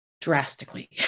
drastically